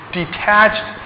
detached